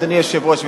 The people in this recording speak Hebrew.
אדוני היושב-ראש,